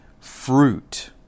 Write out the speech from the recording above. fruit